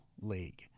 League